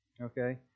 okay